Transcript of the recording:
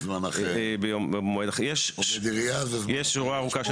יש שורה ארוכה.